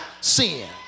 sin